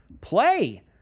play